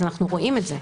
אז אנחנו רואים את זה.